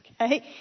okay